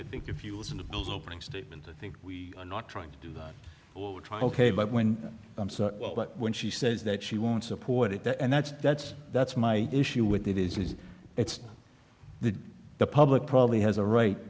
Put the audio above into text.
i think if you listen to bill's opening statement i think we are not trying to do that try ok but when but when she says that she won't support it and that's that's that's my issue with it is is it's the the public probably has a right